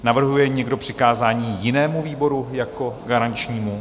Navrhuje někdo přikázání jinému výboru jako garančnímu?